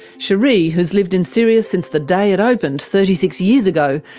cherie, who's lived in sirius since the day it opened thirty six years ago,